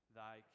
thy